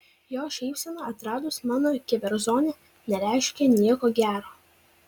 jo šypsena atradus mano keverzonę nereiškė nieko gero